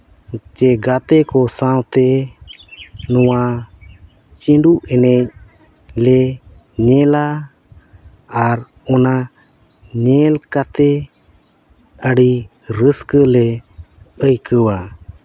ᱪᱮ ᱜᱟᱛᱮ ᱠᱚ ᱥᱟᱶᱛᱮ ᱱᱚᱣᱟ ᱪᱷᱤᱸᱰᱩ ᱮᱱᱮᱡ ᱞᱮ ᱧᱮᱞᱟ ᱟᱨ ᱚᱱᱟ ᱧᱮᱞ ᱠᱟᱛᱮ ᱟᱹᱰᱤ ᱨᱟᱹᱥᱠᱟᱹ ᱞᱮ ᱟᱹᱭᱠᱟᱹᱟᱣᱟ